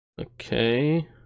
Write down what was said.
Okay